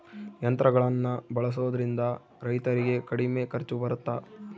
ಯಂತ್ರಗಳನ್ನ ಬಳಸೊದ್ರಿಂದ ರೈತರಿಗೆ ಕಡಿಮೆ ಖರ್ಚು ಬರುತ್ತಾ?